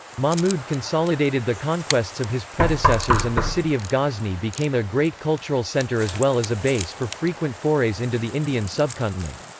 mahmud consolidated the conquests of his predecessors and the city of ghazni became a great cultural centre as well as a base for frequent forays into the indian subcontinent.